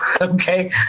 Okay